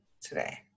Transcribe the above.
today